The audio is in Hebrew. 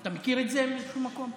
אתה מכיר את זה מאיזשהו מקום?